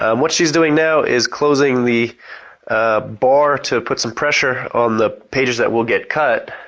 um what she is doing now is closing the bar to put some pressure on the pages that will get cut.